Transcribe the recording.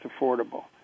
affordable